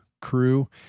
crew